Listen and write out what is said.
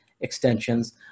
extensions